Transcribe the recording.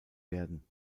werden